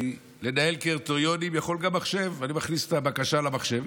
כי לנהל קריטריונים יכול גם מחשב: אני מכניס את הבקשה למחשב,